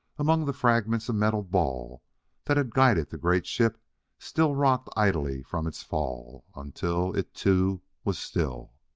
among the fragments a metal ball that had guided the great ship still rocked idly from its fall, until it, too, was still.